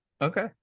okay